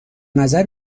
نظر